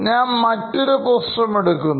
ഞാൻ മറ്റൊരു പ്രശ്നം എടുക്കുന്നു